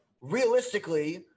realistically